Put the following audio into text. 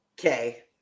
okay